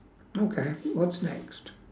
okay what's next